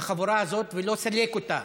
לחבורה הזאת ולא סילק אותה.